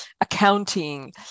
accounting